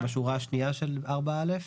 בשורה השניה של (4)(א).